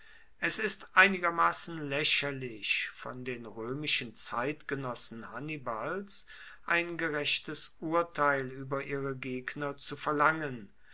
es ist einigermassen laecherlich von den roemischen zeitgenossen hannibals ein gerechtes urteil ueber ihre gegner zu verlangen